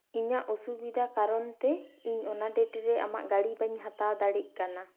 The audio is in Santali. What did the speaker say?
ᱤᱧᱟᱹᱜ ᱚᱥᱩᱵᱤᱫᱷᱟ ᱠᱟᱨᱚᱱ ᱛᱮ ᱤᱧ ᱚᱱᱟ ᱰᱮᱴᱨᱮ ᱟᱢᱟᱜ ᱜᱟᱹᱰᱤ ᱵᱟᱹᱧ ᱦᱟᱛᱟᱣ ᱫᱟᱲᱮᱜ ᱠᱟᱱᱟ